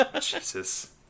Jesus